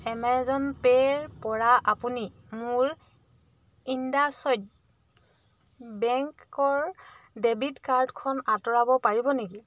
Amazon পে'ৰ পৰা আপুনি মোৰ ইণ্ডাচইণ্ড বেংকৰ ডেবিট কাৰ্ডখন আঁতৰাব পাৰিব নেকি